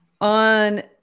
on